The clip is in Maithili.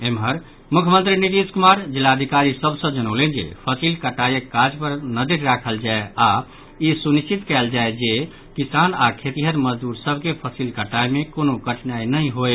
एम्हर मुख्यमंत्री नीतीश कुमार जिलाधिकारी सभ सँ जनौलनि जे फसिल कटाईक काज पर नजरि राखल जाय आओर ई सुनिश्चित कयल जाय जे किसान आओर खेतीहर मजदूर सभ के फसिल कटाई मे कोनो कठिनाई नहि होय